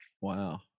Wow